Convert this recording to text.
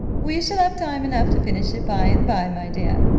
we shall have time enough to finish it by-and-by, my dear,